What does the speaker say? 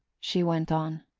she went on,